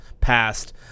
passed